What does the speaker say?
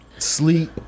sleep